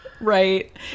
Right